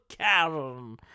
Karen